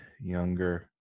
younger